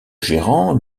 gérant